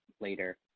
later